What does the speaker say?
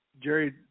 Jerry